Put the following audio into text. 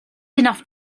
enough